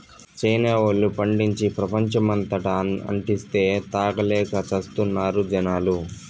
China వోల్లు పండించి, ప్రపంచమంతటా అంటిస్తే, తాగలేక చస్తున్నారు జనాలు